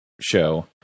show